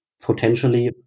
potentially